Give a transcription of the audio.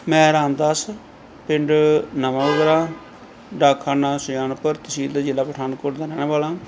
ਮੈਂ ਰਾਮਦਾਸ ਪਿੰਡ ਨਵਾਂ ਗਰਾਂ ਡਾਕਖਾਨਾ ਸੁਜਾਨਪੁਰ ਤਹਿਸੀਲ ਅਤੇ ਜਿਲ੍ਹਾ ਪਠਾਨਕੋਟ ਦਾ ਰਹਿਣ ਵਾਲਾ